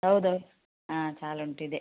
ಹೌದು ಹಾಂ ಸಾಲೊಂಟ್ ಇದೆ